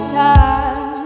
time